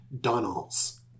Donald's